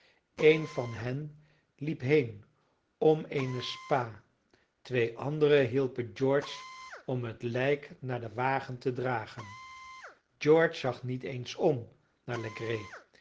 een van hen liep heen om eene spa twee anderen hielpen george om het lijk naar den wagen te dragen george zag niet eens om naar legree